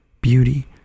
beauty